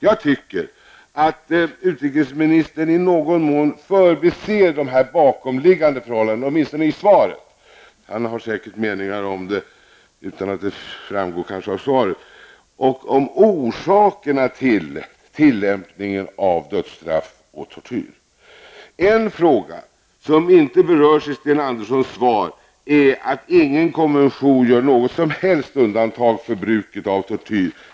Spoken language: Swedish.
Jag tycker att utrikesministern åtminstone i sitt svar -- han har säkerligen också meningar som inte framgår av svaret -- i någon mån förbiser de bakomliggande orsakerna till tillämpningen av både tortyr och dödsstraff. En fråga som inte berörs i Sten Anderssons svar är att ingen konvention gör något som helst undantag för bruket av tortyr.